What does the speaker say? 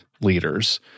leaders